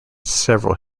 several